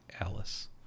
Alice